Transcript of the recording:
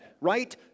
Right